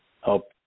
help